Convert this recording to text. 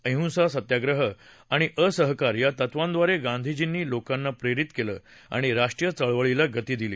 अहिंसा सत्याग्रह आणि असहकार या तत्वांडारे गांधीजींनी लोकांना प्ररित केलं आणि राष्ट्रीय चळवळीला गती दिली